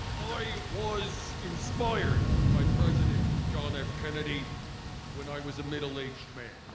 ah i was inspired by president john f kennedy when i was a middle-aged man.